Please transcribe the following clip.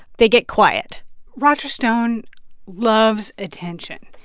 they get quiet roger stone loves attention.